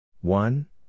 One